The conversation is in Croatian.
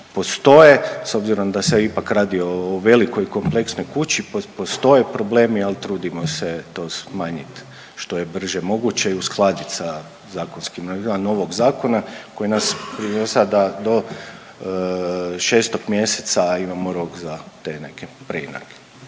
postoje s obzirom da se ipak radi o velikoj i kompleksnoj kući, postoje problemi, al trudimo se to smanjit što je brže moguće i uskladit sa zakonskim …/Govornik se ne razumije/…novog zakona koji nas …/Govornik se ne razumije/…do 6 mjeseca imamo rok za te neke preinake.